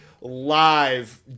live